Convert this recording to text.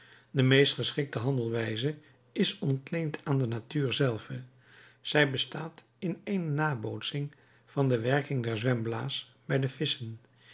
de meest geschikte handelwijze is ontleend aan de natuur zelve zij bestaat in eene nabootsing van de werking der zwemblaas bij de visschen